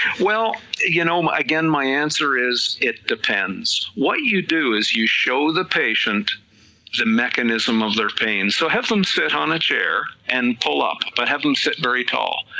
well you know again my answer is it depends, what you do is you show the patient the mechanism of their pain, so have them sit on a chair and pull up, but have them sit very tall,